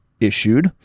issued